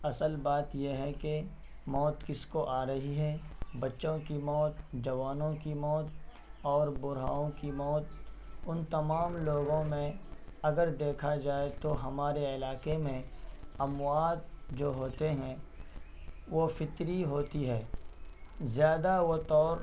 اصل بات یہ ہے کہ موت کس کو آ رہی ہے بچوں کی موت جوانوں کی موت اور بوڑھوں کی موت ان تمام لوگوں میں اگر دیکھا جائے تو ہمارے علاقے میں اموات جو ہوتے ہیں وہ فطری ہوتی ہے زیادہ وہ طور